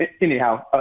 anyhow